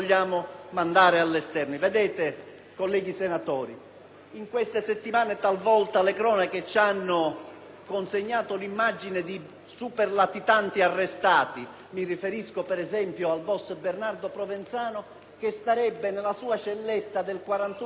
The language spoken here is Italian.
in queste settimane talvolta le cronache ci hanno consegnato un'immagine distorta di superlatitanti arrestati; mi riferisco, ad esempio, al boss Bernardo Provenzano, che starebbe nella sua celletta del 41-*bis* con la Bibbia in mano